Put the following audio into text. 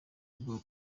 rugo